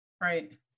Right